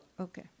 Okay